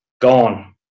gone